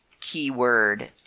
keyword